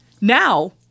now